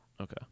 okay